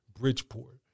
Bridgeport